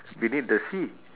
beneath the sea